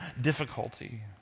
difficulty